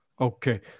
Okay